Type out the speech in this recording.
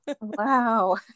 Wow